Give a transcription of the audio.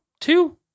Two